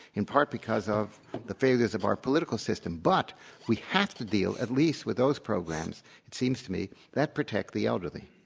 in part because of the failures of our political system. but we have to deal at least with those programs it seems to me that protect the elderly.